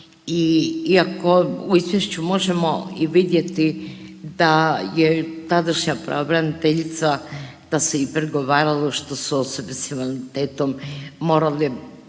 iako u izvješću možemo i vidjeti da je tadašnja pravobraniteljica, da se i prigovaralo što su osobe s invaliditetom morale